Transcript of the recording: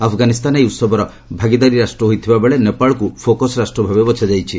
ଆଫଗାନିସ୍ଥାନ ଏହି ଉହବର ଭାଗିଦାର ରାଷ୍ଟ୍ର ହୋଇଥିବାବେଳେ ନେପାଳକୁ ଫୋକସ୍ ରାଷ୍ଟ୍ର ଭାବେ ବଛାଯାଇଛି